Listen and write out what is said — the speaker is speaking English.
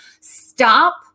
stop